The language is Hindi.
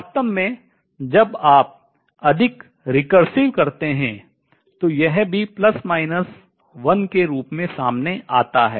वास्तव में जब आप अधिक recursive पुनरावर्ती करते हैं तो यह भी के रूप में सामने आता है